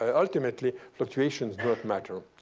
um ultimately, fluctuations don't matter,